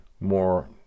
more